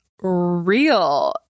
real